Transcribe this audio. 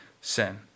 sin